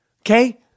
okay